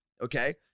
Okay